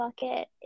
bucket